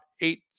eight